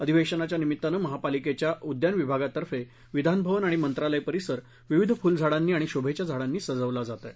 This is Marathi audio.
अधिवेशनाच्या निमित्तानं महानगरपालिकेच्या उद्यान विभागातर्फे विधानभवन आणि मंत्रालय परिसर विविध फुलझाडांनी आणि शोभेच्या झाडांनी सजवला जात येत आहे